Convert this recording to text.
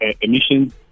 emissions